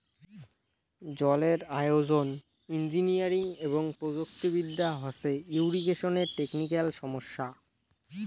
জলের আয়োজন, ইঞ্জিনিয়ারিং এবং প্রযুক্তি বিদ্যা হসে ইরিগেশনের টেকনিক্যাল সমস্যা